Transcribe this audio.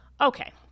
okay